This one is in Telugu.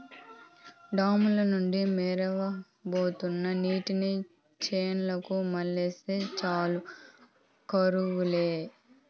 డామ్ ల నుండి మొరవబోతున్న నీటిని చెర్లకు మల్లిస్తే చాలు కరువు లే